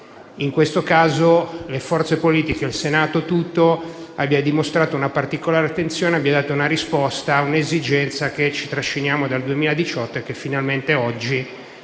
in questo caso le forze politiche e il Senato tutto abbiano dimostrato una particolare attenzione e abbiano dato risposta a un'esigenza che ci trasciniamo dal 2018 e che finalmente oggi